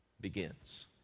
begins